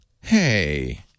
hey